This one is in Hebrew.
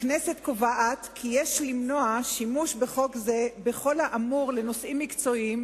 הכנסת קובעת כי יש למנוע שימוש בחוק זה בכל האמור בנושאים מקצועיים,